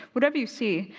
whatever you see,